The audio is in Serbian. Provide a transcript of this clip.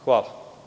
Hvala.